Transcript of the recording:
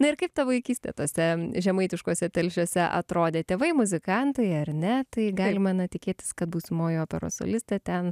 na ir kaip ta vaikystė tose žemaitiškose telšiuose atrodė tėvai muzikantai ar ne tai galima na tikėtis kad būsimoji operos solistė ten